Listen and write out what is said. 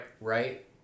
Right